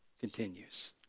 continues